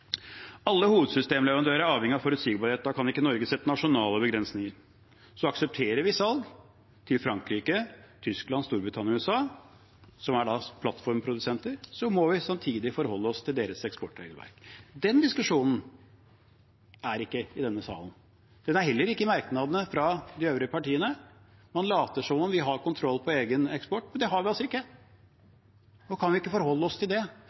Alle hovedsystemleverandører er avhengige av forutsigbarhet, og da kan ikke Norge sette nasjonale begrensninger. Så aksepterer vi salg til Frankrike, Tyskland, Storbritannia og USA, som er plattformprodusenter, må vi samtidig forholde oss til deres eksportregelverk. Den diskusjonen er ikke i denne salen, og den er heller ikke i merknadene fra de øvrige partiene. Man later som om vi har kontroll på egen eksport, men det har vi altså ikke, og kan vi ikke forholde oss til det?